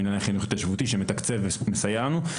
המינהל לחינוך התיישבותי שמתקצב ומסייע לנו,